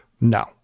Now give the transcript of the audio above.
No